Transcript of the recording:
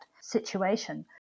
situation